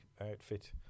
outfit